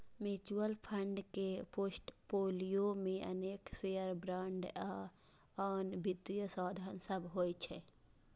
mutual fund के portfolio मे अनेक शेयर, बांड आ आन वित्तीय साधन सभ होइ छै